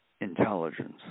intelligence